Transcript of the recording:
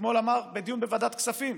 אתמול אמר בדיון בוועדת כספים,